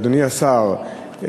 אדוני השר,